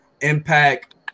impact